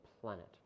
planet